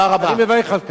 אני מברך על כך.